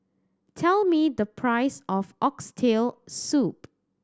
tell me the price of Oxtail Soup